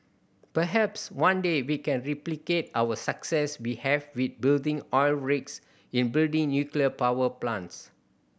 perhaps one day we can replicate our success we have with building oil rigs in building nuclear power plants